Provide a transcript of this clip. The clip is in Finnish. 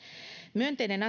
myönteinen